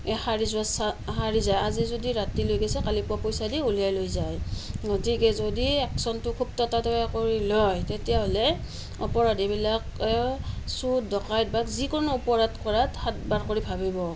এ সাৰি যোৱাৰ চা সাৰি যায় আজি যদি ৰাতি লৈ গৈছে কালি পুৱা পইচা দি উলিয়াই লৈ যায় গতিকে যদি একশ্বনটো খুব ততাতৈয়া কৰি লোৱা হয় তেতিয়াহ'লে অপৰাধীবিলাকে চোৰ ডকাইত বা যিকোনো অপৰাধ কৰাত সাত বাৰ কৰি ভাবিব